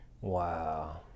Wow